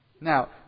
Now